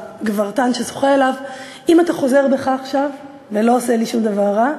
לגברתן ששוחה אליו: אם אתה חוזר בך עכשיו ולא עושה לי שום דבר רע,